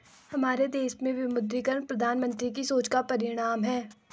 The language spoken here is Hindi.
हमारे देश में विमुद्रीकरण प्रधानमन्त्री की सोच का परिणाम है